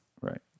right